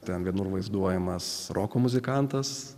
ten vienur vaizduojamas roko muzikantas